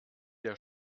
der